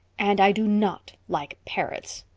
and i do not like parrots!